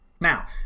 Now